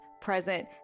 present